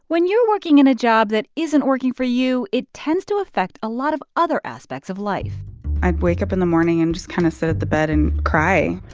when you're working in a job that isn't working for you, it tends to affect a lot of other aspects of life i'd wake up in the morning and just kind of sit at the bed and cry.